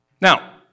Now